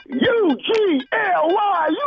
U-G-L-Y